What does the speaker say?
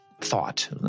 thought